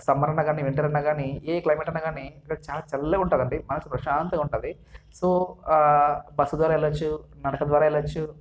summer ఉన్నా కాని winter ఉన్నా కాని ఏ క్లైమేట్ అన్న కాని ఇక్కడ చల్లగా ఉంటుందండి మనసు ప్రశాంతంగా ఉంటుంది సో బస్సు ద్వారా వెళ్ళవచ్చు నడక ద్వారా వెళ్ళవచ్చు